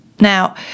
Now